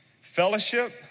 fellowship